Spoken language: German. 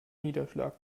niederschlag